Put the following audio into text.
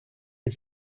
від